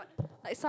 like some